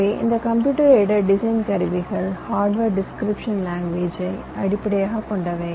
எனவே இந்த computer aided design கருவிகள் ஹார்ட்வேர் டிஸ்கிரிப்க்ஷன் லாங்குவேஜ் ஐ அடிப்படையாகக் கொண்டவை